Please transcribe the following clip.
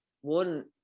one